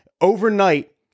overnight